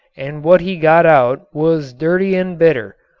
and what he got out was dirty and bitter.